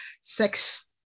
sex